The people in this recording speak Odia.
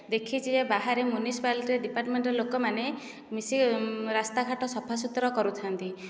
ଦେଖିଛି ଯେ ବାହାରେ ମୁନ୍ସିପାଲ୍ଟି ଡିପାର୍ଟମେଣ୍ଟର ଲୋକମାନେ ମିଶି ରାସ୍ତା ଘାଟ ସଫା ସୁତୁରା କରୁଥାନ୍ତି